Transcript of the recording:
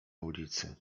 ulicy